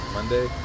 Monday